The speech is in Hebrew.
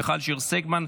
מיכל שיר סגמן,